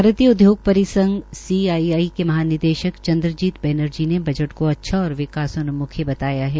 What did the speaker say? भारतीय उद्योग परिसंघ सीआईआई के महानिदेशक चंद्रजीत बैनर्जी ने बजट को अच्छा और विकासोन्मुखी बताया है